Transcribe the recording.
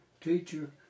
teacher